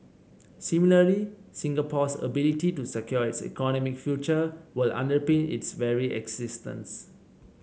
similarly Singapore's ability to secure its economic future will underpin its very existence